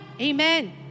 Amen